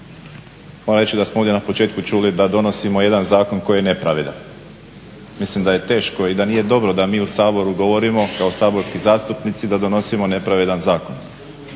Moram reći da smo ovdje na početku čuli da donosimo jedan zakon koji je nepravedan. Mislim da je teško i da nije dobro da mi u Saboru govorimo kao saborski zastupnici, da donosimo nepravedan zakon.